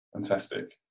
Fantastic